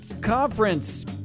Conference